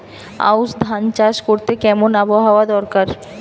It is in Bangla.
আউশ ধান চাষ করতে কেমন আবহাওয়া দরকার?